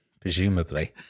Presumably